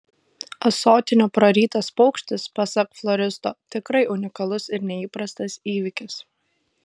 ąsotinio prarytas paukštis pasak floristo tikrai unikalus ir neįprastas įvykis